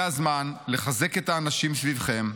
זה הזמן לחזק את האנשים סביבכם,